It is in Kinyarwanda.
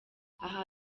aha